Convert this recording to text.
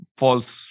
false